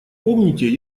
помните